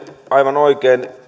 aivan oikein